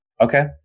Okay